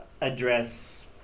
address